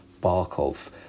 Barkov